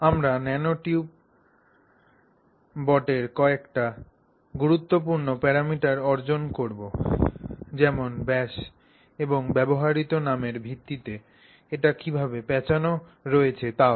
আমরা ন্যানোটিউবটির কয়েকটি গুরুত্বপূর্ণ প্যারামিটার অর্জন করব যেমন ব্যাস এবং ব্যবহৃত নামের ভিত্তিতে এটি কীভাবে প্যাঁচানো রয়েছে তাও